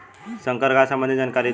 संकर गाय सबंधी जानकारी दी?